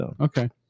Okay